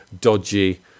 dodgy